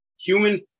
human